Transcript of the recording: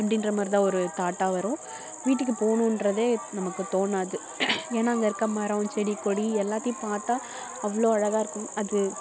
அப்படின்ற மாதிரிதான் ஒரு தாட்டாக வரும் வீட்டுக்கு போகணுன்றதே நமக்கு தோணாது ஏன்னா அங்கே இருக்க மரம் செடி கொடி எல்லாத்தையும் பார்த்தா அவ்வளோ அழகாக இருக்கும் அது